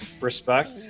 Respect